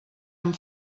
amb